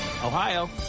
Ohio